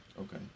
Okay